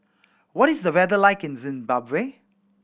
what is the weather like in Zimbabwe